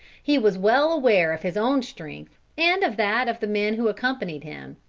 he was well aware of his own strength and of that of the men who accompanied him.